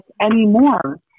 anymore